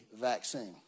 vaccine